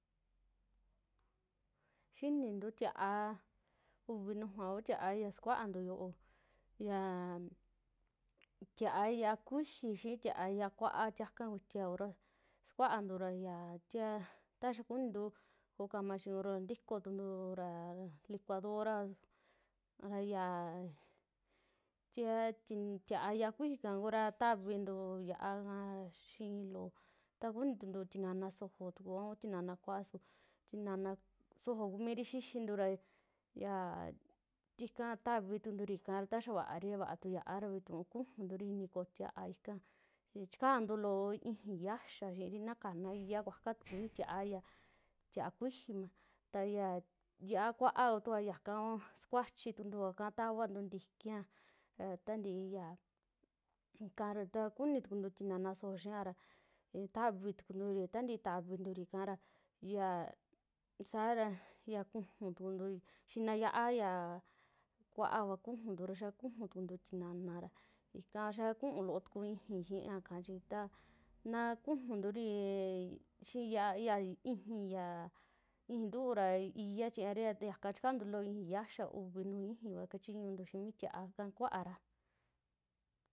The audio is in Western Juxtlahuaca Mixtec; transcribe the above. Xiinintu tia'a, uvii nuju kuu tia'a ya sukuantu yioo yaa, tia'a ya'a kuiixi, xii tia'a ya'a kuaa tiaka kuitia kura sukuantu ra, ya tiee ta xaa kunintu koo kama chiñu ra, ntikoo tuntuura licuadora ara yaa tiee tia'a ya'a kuijika kura tavintu xia'a kaa xii loo, ta kuniyu tinana sojoo tuku, aun tinana kua'a, su tinana sojoo kuu mirii xixintu ra yaa tika tavi tukunturi kara ta xaa vaari, vaa tu ya'a ra tuu kujunturi inii koo tia'a ika chikantu loo ixii ya'axa xiiri na kana iyaa kuakua tuku mi tiiaria, tia'a kuijima ta xa'a kuaa kutukua yaka sakuachi tukuntua tavantuu ntikia a tantii ikara ta kuni tukuntu tinana sojo xiara. tavii tukunturi a tantii tavinturi kara, ya sara ya kujun tukunturi xinaa yia'a ya kua'a kua kujuuntu ra xaa kua kuju tukuntu tinanara ika xaa ku'ú loo tuku ixii xiia kachi ta na kujuunturi xii xia- xia ixii ya, ixii ntu'u ra iyaa chiñaria yaka chikantu loo ixii ya'axa, uvi nuu ixii kua kachiñuntu xii mi tia'a kaa kua'ara.